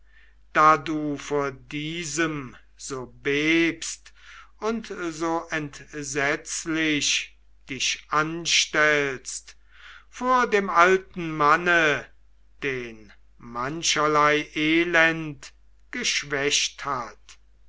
da du vor diesem so bebst und so entsetzlich dich anstellst vor dem alten manne den mancherlei elend geschwächt hat